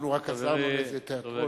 אנחנו רק עזרנו לאיזה תיאטרון,